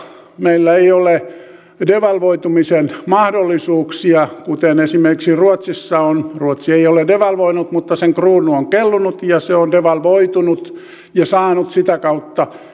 meillä ei ole devalvoitumisen mahdollisuuksia kuten esimerkiksi ruotsissa on ruotsi ei ole devalvoinut mutta sen kruunu on kellunut ja devalvoitunut ja saanut sitä kautta